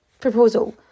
proposal